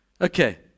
Okay